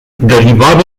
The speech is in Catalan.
derivava